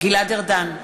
גלעד ארדן,